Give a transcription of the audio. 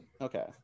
Okay